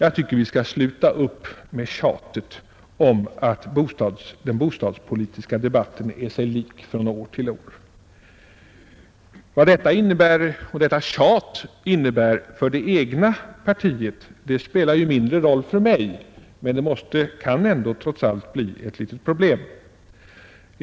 Jag tycker vi skall sluta upp med tjatet om att den bostadspolitiska debatten är sig lik från år till år. Vad detta tjat innebär för det egna partiet spelar ju mindre roll för mig, men det kan ändå trots allt bli ett litet problem.